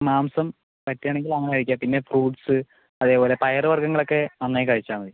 മാംസം പറ്റുകയാണെങ്കിൽ അങ്ങനെ കഴിക്കാം പിന്നെ ഫ്രൂട്ട്സ് അതേപോലെ പയറു വർഗ്ഗങ്ങളൊക്കെ നന്നായി കഴിച്ചാൽ മതി